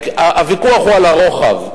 הוויכוח הוא על הרוחב,